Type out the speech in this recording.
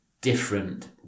different